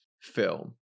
film